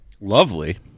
Lovely